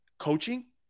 Coaching